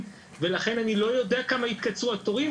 ולכן אני לא יודע כמה יתקצרו התורים.